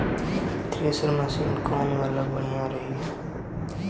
Thresher machine कौन वाला बढ़िया रही?